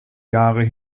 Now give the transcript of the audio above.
jahre